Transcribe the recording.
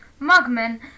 Mugman